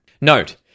Note